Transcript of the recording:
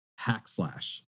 Hackslash